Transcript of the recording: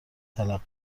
تلقی